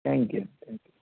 thank you thank you